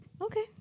Okay